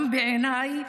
גם בעיניי